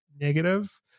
negative